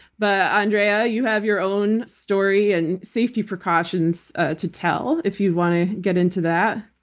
but andrea, you have your own story and safety precautions to tell if you'd want to get into that.